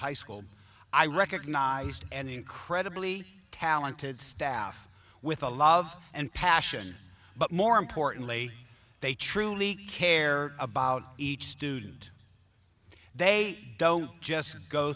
high school i recognized an incredibly talented staff with a love and passion but more importantly they truly care about each student they don't just go